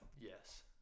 yes